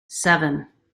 seven